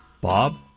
Bob